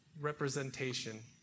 representation